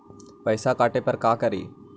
पैसा काटे पर का करि?